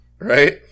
right